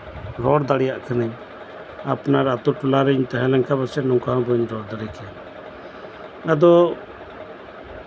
ᱨᱚᱲ ᱫᱟᱲᱮᱭᱟᱜ ᱠᱟᱹᱱᱟᱹᱧ ᱟᱯᱱᱟᱨ ᱟᱛᱩᱴᱚᱞᱟ ᱨᱮᱧ ᱛᱟᱦᱮᱸᱞᱮᱱ ᱠᱷᱟᱡ ᱯᱟᱥᱮᱡ ᱱᱚᱝᱠᱟ ᱦᱚᱸ ᱵᱟᱹᱧ ᱨᱚᱲ ᱫᱟᱲᱮᱭᱟᱜ ᱠᱮᱭᱟ ᱟᱫᱚ